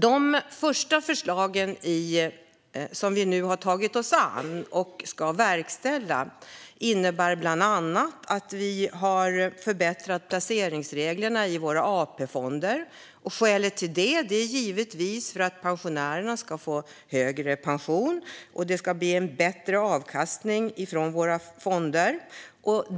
De första förslag vi har tagit oss an och nu ska verkställa innebär bland annat förbättrade placeringsregler för våra AP-fonder. Skälet till det är givetvis att pensionärerna ska få högre pension och att fonderna ska ge bättre avkastning.